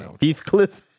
Heathcliff